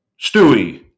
Stewie